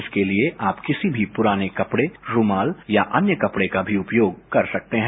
इसके लिए आप किसी भी पुराने कपड़े रुमाल या अन्य कपड़े का भी उपयोग कर सकते हैं